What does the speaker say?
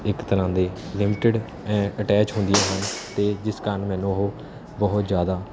ਇੱਕ ਤਰ੍ਹਾਂ ਦੀਆਂ ਆਏਂ ਅਟੈਚ ਹੁੰਦੀਆਂ ਹਨ ਅਤੇ ਜਿਸ ਕਾਰਨ ਮੈਨੂੰ ਉਹ ਬਹੁਤ ਜ਼ਿਆਦਾ